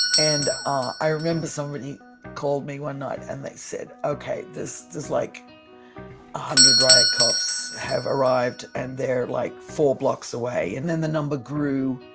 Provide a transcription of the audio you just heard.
and ah i remember somebody called me one night and they said, okay, there's like a hundred riot cops have arrived and they're like four blocks away. and then the number grew.